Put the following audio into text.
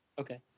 Okay